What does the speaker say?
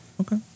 Okay